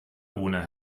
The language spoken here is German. ohne